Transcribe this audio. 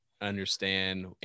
understand